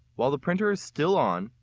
while the printer is still on,